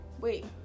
wait